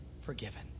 forgiven